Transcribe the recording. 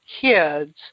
kids